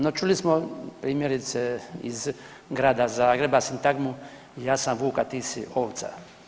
No, čuli smo primjerice iz grada Zagreba sintagmu, ja sam vuk, a ti si ovca.